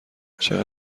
چقدر